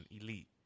elite